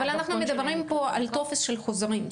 אבל אנחנו מדברים פה על טופס של חוזרים,